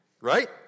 right